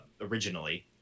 originally